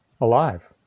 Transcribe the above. alive